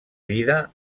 vida